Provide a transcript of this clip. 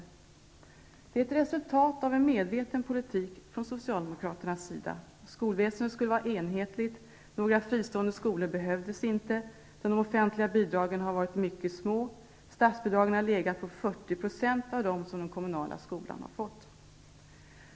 Detta är ett resultat av en medveten politik från Socialdemokraternas sida. Skolväsendet skulle vara enhetligt. Några fristående skolor behövdes inte. De offentliga bidragen har varit mycket små; statsbidragen har legat på 40 % av dem som den kommunala skolan har fått.